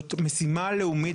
זאת משימה לאומית.